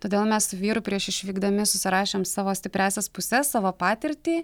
todėl mes su vyru prieš išvykdami susirašėm savo stipriąsias puses savo patirtį